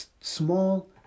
small